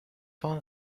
one